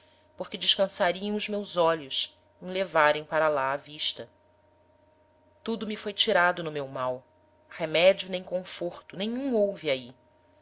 porque descansariam os meus olhos em levarem para lá a vista tudo me foi tirado no meu mal remedio nem conforto nenhum houve ahi